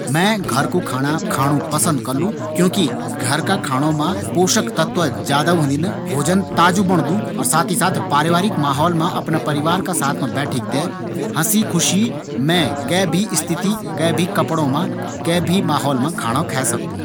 मैं घर का खाणा खाणु पसंद करलू। क्योंकि घर का खाणा मा पोषक तत्त्व ज्यादा होंदिन, ताजु बणदू और पारिवारिक माहौल मा अफणा परिवार का साथ मा हंसी ख़ुशी बैठीक कै भी स्थिति मा, कै भी कपड़ों मा, कै भी माहौल मा खाणा खै सकदू।